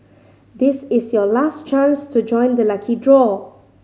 this is your last chance to join the lucky draw